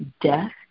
death